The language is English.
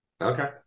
Okay